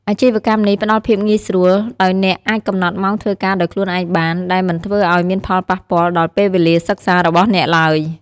អាជីវកម្មនេះផ្តល់ភាពងាយស្រួល ដោយអ្នកអាចកំណត់ម៉ោងធ្វើការដោយខ្លួនឯងបាន ដែលមិនធ្វើឲ្យមានផលប៉ះពាល់ដល់ពេលវេលាសិក្សារបស់អ្នកឡើយ។